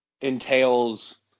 entails